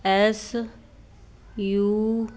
S U